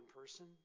person